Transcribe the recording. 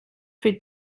für